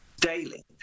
daily